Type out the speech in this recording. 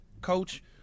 coach